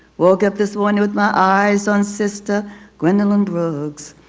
woke up this one with my eyes on sister gwendolyn brooks.